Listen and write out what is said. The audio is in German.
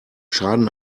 schaden